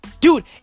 Dude